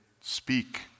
speak